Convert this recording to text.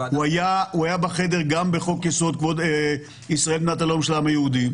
הוא היה בחדר גם בחוק-יסוד: ישראל מדינת הלאום של העם היהודי.